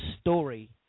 story